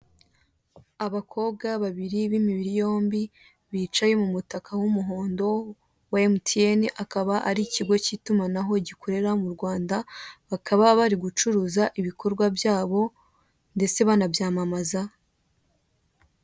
Abakobwa babiri b'imibiri yombi bicaye mu mutaka w'umuhondo wa emutiyeni akaba ari ikigo k'itumanaho gikorera mu Rwanda bakaba bari gucuruza ibikorwa byabo ndetse banabyamamaza.